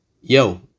yo